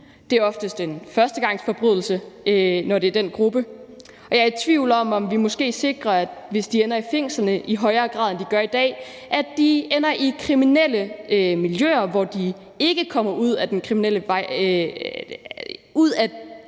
det er oftest en førstegangsforbrydelse, når det er den gruppe. Jeg er i tvivl om, om ikke de, hvis de i højere grad end i dag ender i fængslerne, ender i kriminelle miljøer, hvor de ikke kommer ud af kriminaliteten, men